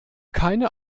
keine